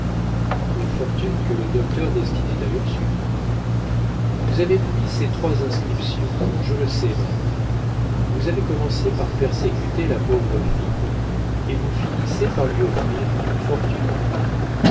la fortune que le docteur destinait à ursule vous avez pris ces trois inscriptions je le sais maintenant vous avez commencé par persécuter la pauvre fille et vous finissez par lui offrir une fortune